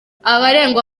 abaregwa